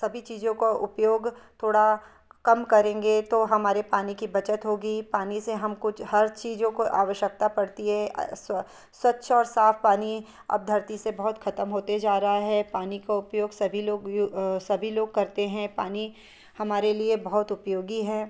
सभी चीज़ों का उपयोग थोड़ा कम करेंगे तो हमारे पानी की बचत होगी पानी से हम कुछ हर चीज़ों को आवश्यकता पड़ती है स्व स्वच्छ और साफ़ पानी अब धरती से बहुत ख़त्म होते जा रहा है पानी का उपयोग सभी लोग सभी लोग करते हैं पानी हमारे लिए बहुत उपयोगी है